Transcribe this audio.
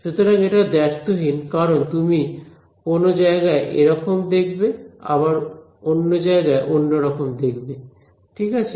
সুতরাং এটা দ্ব্যর্থহীন কারণ তুমি কোন জায়গায় একরকম দেখবে অন্য জায়গায় অন্যরকম দেখবে ঠিক আছে